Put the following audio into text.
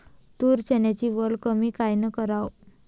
तूर, चन्याची वल कमी कायनं कराव?